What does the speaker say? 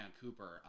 Cooper